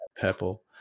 purple